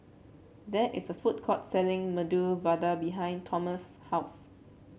there is a food court selling Medu Vada behind Tomas' house